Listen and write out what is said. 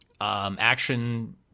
action